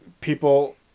people